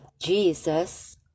Jesus